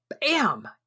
Bam